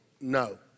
No